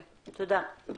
תודה.